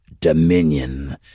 dominion